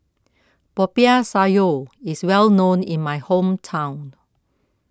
Popiah Sayur is well known in my hometown